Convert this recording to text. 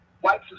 white